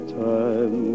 time